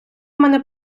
мене